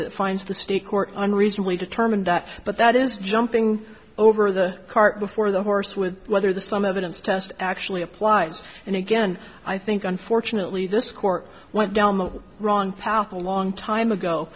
finds the state court on reason we determine that but that is jumping over the cart before the horse with whether the some evidence test actually applies and again i think unfortunately this court went down the wrong path a long time ago